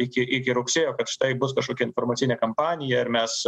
iki iki rugsėjo kad štai bus kažkokia informacinė kampanija ir mes